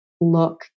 look